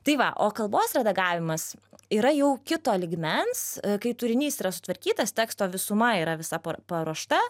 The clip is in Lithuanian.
tai va o kalbos redagavimas yra jau kito lygmens kai turinys yra sutvarkytas teksto visuma yra visa paruošta